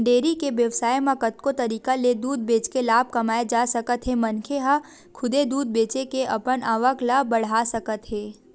dairy के बेवसाय म कतको तरीका ले दूद बेचके लाभ कमाए जा सकत हे मनखे ह खुदे दूद बेचे के अपन आवक ल बड़हा सकत हे